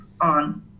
on